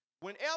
Whenever